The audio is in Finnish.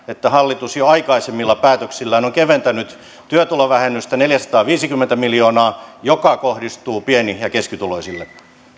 että hallitus jo aikaisemmilla päätöksillään on keventänyt työtulovähennystä neljäsataaviisikymmentä miljoonaa joka kohdistuu pieni ja keskituloisille